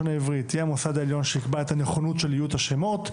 העברית תהיה המוסד העליון שיקבע את הנכונות של איות השמות,